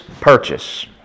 purchase